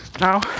now